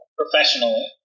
professionally